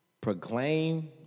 Proclaim